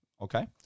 okay